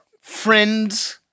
friends